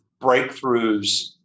breakthroughs